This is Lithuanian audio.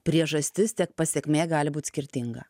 priežastis tiek pasekmė gali būt skirtinga